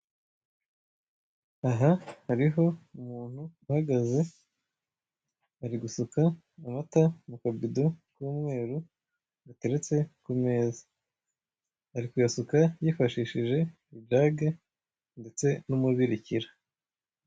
Aha hariho umuntu uhagaze ari gusuka amata mu kabido k'umweru gateretse ku meza, ari kuyasuka yifashishije ijage ndetse n'umubirikira.